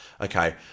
Okay